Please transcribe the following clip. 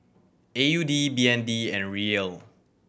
A U D B N D and Riel